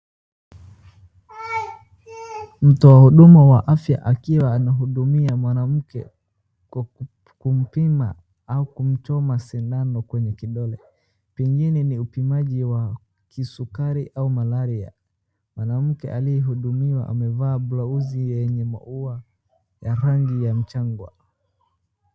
Mtu wa huduma ya afya akiwa anahudumia mwanamke kwa kumpima au kumchoma sindano kwenye kidole, pengine ni upimaji wa kisukari au malaria, mwanamke aliyehudumiwa amevaa blouse yenye maua ya rangi ya mchanga.